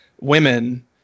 women